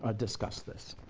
ah discuss this.